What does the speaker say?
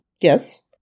Yes